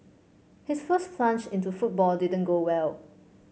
his first plunge into football didn't go well